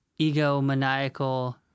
egomaniacal